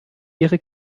ihre